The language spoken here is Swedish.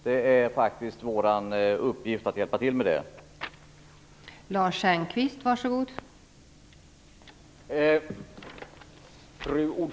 Det är faktiskt vår uppgift att hjälpa till med det här.